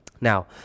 Now